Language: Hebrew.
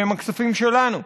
שהם הכספים שלנו,